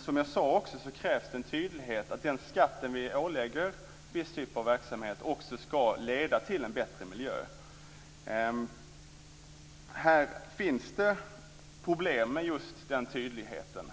Som jag sade krävs en tydlighet när det gäller att den skatt vi ålägger viss typ av verksamhet också skall leda till en bättre miljö. Här finns problem just med den tydligheten.